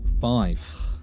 Five